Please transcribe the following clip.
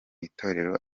itorero